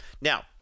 Now